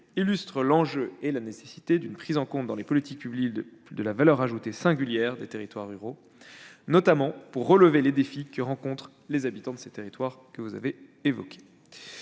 illustre l'enjeu et la nécessité d'une prise en compte, dans les politiques publiques, de la valeur ajoutée singulière des territoires ruraux, notamment pour relever les défis que leurs habitants affrontent. Depuis sa mise